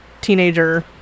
teenager